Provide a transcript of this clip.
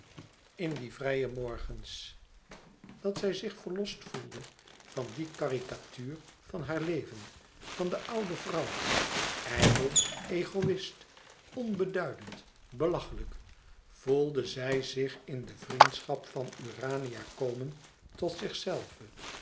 in die vrije morgens dat zij zich verlost voelde van die karikatuur van haar leven van de oude vrouw ijdel egoïst onbeduidend belachelijk voelde zij zich in de vriendschap van urania komen tot zichzelve